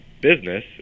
business